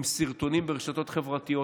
עם סרטונים ברשתות חברתיות.